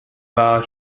war